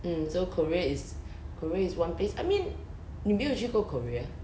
mm so korea is korea is one place I mean 你没有去过 korea